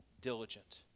diligent